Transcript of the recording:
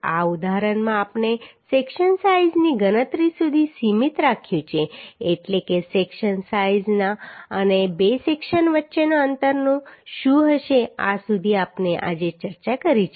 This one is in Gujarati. આ ઉદાહરણમાં આપણે સેક્શન સાઈઝની ગણતરી સુધી સીમિત રાખ્યું છે એટલે કે સેક્શન સાઈઝ અને બે સેક્શન વચ્ચેના અંતરનું અંતર શું હશે આ સુધી આપણે આજે ચર્ચા કરી છે